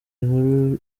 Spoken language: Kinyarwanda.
nkuru